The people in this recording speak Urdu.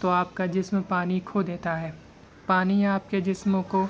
تو آپ کا جسم پانی کھو دیتا ہے پانی آپ کے جسموں کو